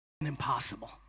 impossible